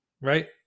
right